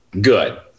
good